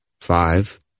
five